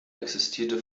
existierte